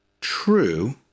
true